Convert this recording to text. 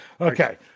okay